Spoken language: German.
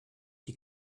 die